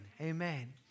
Amen